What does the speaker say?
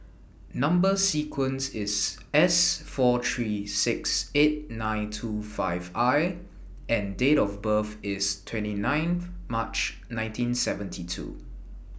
Number sequence IS S four three six eight nine two five I and Date of birth IS twenty nine March nineteen seventy two